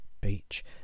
Beach